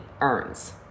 earns